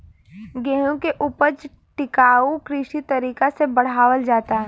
गेंहू के ऊपज टिकाऊ कृषि तरीका से बढ़ावल जाता